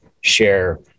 share